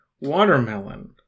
Watermelon